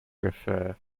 refer